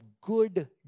good